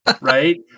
Right